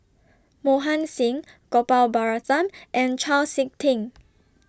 Mohan Singh Gopal Baratham and Chau Sik Ting